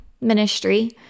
ministry